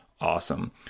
awesome